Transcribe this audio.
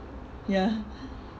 ya